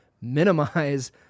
minimize